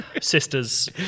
sisters